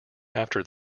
after